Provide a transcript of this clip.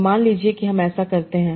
तो मान लीजिए कि हम ऐसा करते हैं